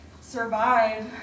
survive